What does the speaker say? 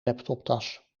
laptoptas